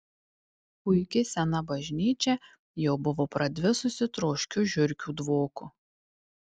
puiki sena bažnyčia jau buvo pradvisusi troškiu žiurkių dvoku